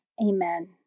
Amen